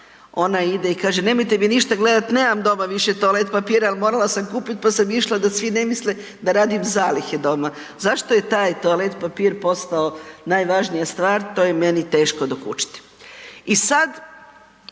ona ide i kaže nemojte me ništa gledat, nemam doma više toalet papira jel morala sam kupit, pa sam išla da svi ne misle da radim zalihe doma. Zašto je taj toalet papir postao najvažnija stvar to je meni teško dokučiti. I sad